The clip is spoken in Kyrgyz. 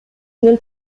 менен